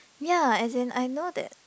ya as in I know that